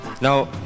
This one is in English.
Now